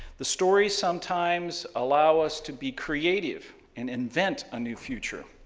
the stories sometimes allow us to be creative and invent a new future.